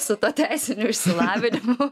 su tuo teisiniu išsilavinimu